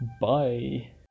Bye